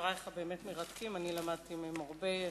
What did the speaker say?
דברייך באמת מרתקים, אני למדתי מהם הרבה.